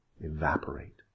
evaporate